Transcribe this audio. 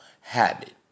habit